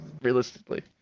realistically